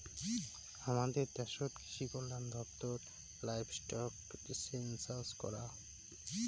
হামাদের দ্যাশোত কৃষিকল্যান দপ্তর লাইভস্টক সেনসাস করাং